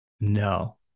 No